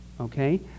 okay